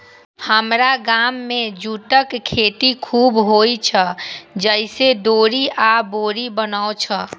हमरा गाम मे जूटक खेती खूब होइ छै, जइसे डोरी आ बोरी बनै छै